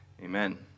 amen